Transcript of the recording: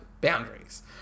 Boundaries